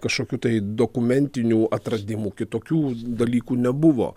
kažkokių tai dokumentinių atradimų kitokių dalykų nebuvo